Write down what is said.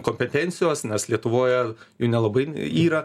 kompetencijos nes lietuvoje jų nelabai yra